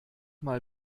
mal